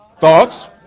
Thoughts